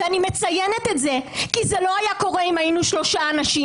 אני מציינת את זה כי זה לא היה קורה אם היינו שלושה אנשים.